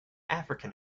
african